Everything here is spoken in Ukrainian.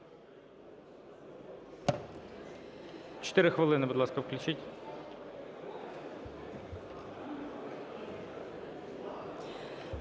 4 хвилини, будь ласка, включіть.